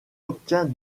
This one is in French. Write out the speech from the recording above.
obtient